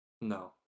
No